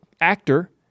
actor